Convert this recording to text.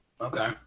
okay